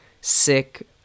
sick